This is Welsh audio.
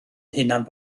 hunan